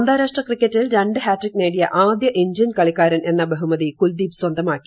അന്താരാഷ്ട്ര ക്രിക്കറ്റിൽ രണ്ട് ഹാഡ്രിക് നേടിയ ആദ്യ ഇന്ത്യൻ കളിക്കാരൻ എന്ന ബഹുമതി കുൽദീപ് സ്വന്തമാക്കി